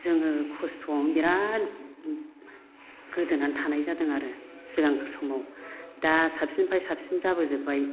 जोङो खस्थ'आवनो बिराथ गोदोनानै थानाय जादों आरो सिगां समाव दा साबसिननिफ्राय साबसिन जाबोजोबबाय